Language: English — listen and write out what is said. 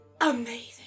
amazing